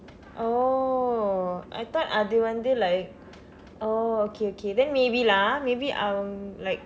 oh I thought அது வந்து:athu vandthu like oh okay okay then maybe lah maybe um like